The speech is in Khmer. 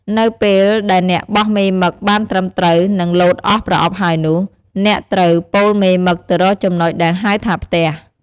នៅពេលដែលអ្នកបោះមេមឹកបានត្រឹមត្រួវ និង លោតអស់ប្រអប់ហើយនោះ អ្នកត្រូវប៉ូលមេមឹកទៅរកចំណុចដែរហៅថាផ្ទះ។